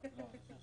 הישיבה,